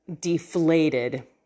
deflated